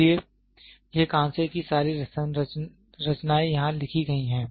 इसलिए यह कांसे की सारी रचनाएँ यहाँ लिखी गई हैं